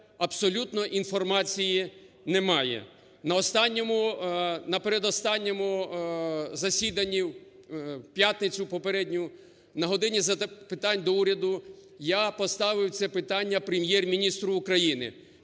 абсолютно інформації немає. На передостанньому засіданні в п'ятницю попередню, на "годині запитань до Уряду", я поставив це питання Прем'єр-міністру України.